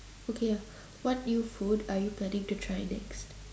okay uh what new food are you planning to try next